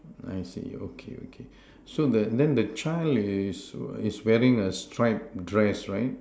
I see okay okay so the then the child is is wearing a striped dress right